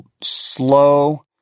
slow